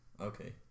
Okay